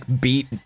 beat